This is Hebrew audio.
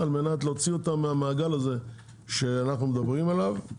על מנת להוציא אותם מהמעגל הזה שאנחנו מדברים עליו,